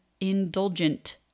indulgent